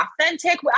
authentic